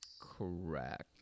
correct